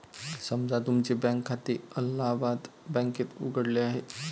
समजा तुमचे बँक खाते अलाहाबाद बँकेत उघडले आहे